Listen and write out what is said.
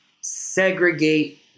segregate